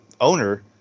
owner